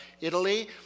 Italy